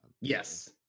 Yes